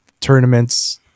tournaments